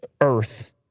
earth